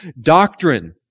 doctrine